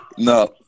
No